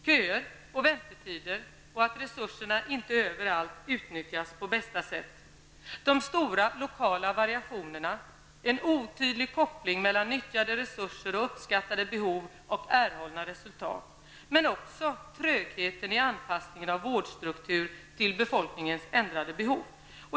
Köer, väntetider, att resurserna inte utnyttjas på bästa sätt överallt, de stora lokala variationerna och en otydlig koppling mellan nyttjade resurser, uppskattade behov och erhållna resultat. Men även trögheten i anpassningen av vårdstrukturer till befolkningens ändrade behov.